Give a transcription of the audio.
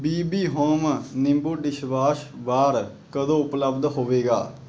B B home nimbu dishwash bar ਕਦੋਂ ਉਪਲਬਧ ਹੋਵੇਗਾ